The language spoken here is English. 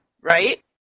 right